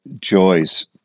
joys